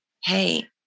hey